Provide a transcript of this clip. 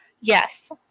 Yes